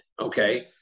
okay